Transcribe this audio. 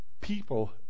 people